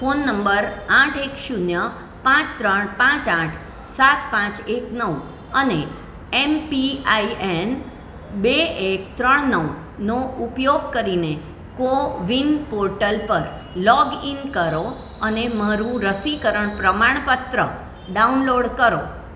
phone number આઠ એક શૂન્ય પાંચ ત્રણ પાંચ આઠ સાત પાંચ એક નવ અને એમપીઆઈએન બે એક ત્રણ નવનો ઉપયોગ કરીને કોવિન પોર્ટલ પર લોગ ઇન કરો અને મારું રસીકરણ પ્રમાણપત્ર ડાઉનલોડ કરો